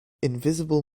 invisible